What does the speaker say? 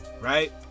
right